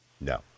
no